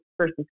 versus